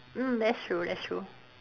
mm that's true that's true